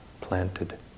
planted